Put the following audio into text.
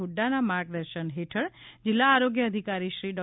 હ્ફાના માર્ગદર્શન હેઠળ જિલ્લા આરોગ્ય અધિકારીશ્રી ડો